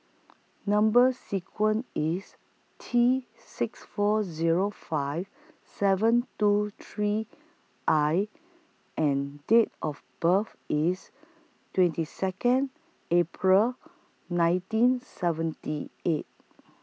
Number sequence IS T six four Zero five seven two three I and Date of birth IS twenty Second April nineteen seventy eight